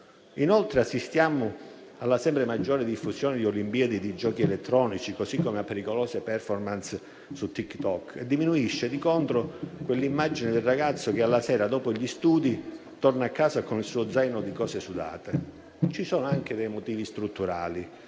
Inoltre, assistiamo alla sempre maggiore diffusione di olimpiadi di giochi elettronici, così come a pericolose *performance* su TikTok; diminuisce, di contro, quell'immagine del ragazzo che alla sera, dopo gli studi, torna a casa con il suo zaino pieno di indumenti sudati. Ci sono anche dei motivi strutturali: